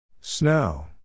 Snow